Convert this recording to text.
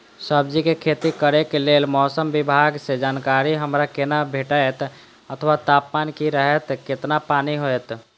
सब्जीके खेती करे के लेल मौसम विभाग सँ जानकारी हमरा केना भेटैत अथवा तापमान की रहैत केतना पानी होयत?